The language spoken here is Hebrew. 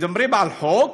מדברים על חוק